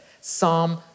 Psalm